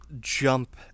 jump